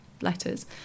letters